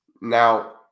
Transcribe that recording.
Now